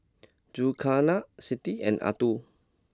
Zulkarnain Siti and Abdul